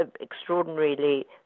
extraordinarily